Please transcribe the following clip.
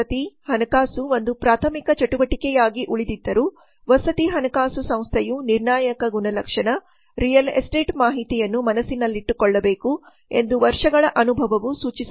ವಸತಿ ಹಣಕಾಸು ಒಂದು ಪ್ರಾಥಮಿಕ ಚಟುವಟಿಕೆಯಾಗಿ ಉಳಿದಿದ್ದರೂ ವಸತಿ ಹಣಕಾಸು ಸಂಸ್ಥೆಯು ನಿರ್ಣಾಯಕ ಗುಣಲಕ್ಷಣ ರಿಯಲ್ ಎಸ್ಟೇಟ್ ಮಾಹಿತಿಯನ್ನು ಮನಸ್ಸಿನಲ್ಲಿಟ್ಟುಕೊಳ್ಳಬೇಕು ಎಂದು ವರ್ಷಗಳ ಅನುಭವವು ಸೂಚಿಸುತ್ತದೆ